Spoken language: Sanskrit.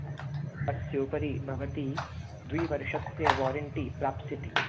अस्य उपरि भवती द्विवर्षस्य वारेण्टि प्राप्स्यति